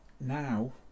now